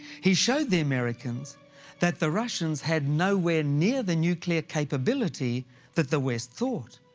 he showed the americans that the russians had nowhere near the nuclear capability that the west thought,